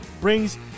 brings